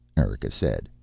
erika said,